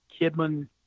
Kidman